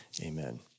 Amen